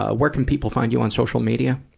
ah where can people find you on social media?